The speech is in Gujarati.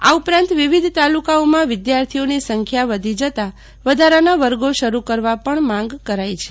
આ ઉપરંત વિવિધ તાલુકાઓમાં વિદ્યાર્થીઓની સંખ્યા વધી જતા વધારાના વર્ગો શરુ કરવા પણ માંગ કરાઈ છે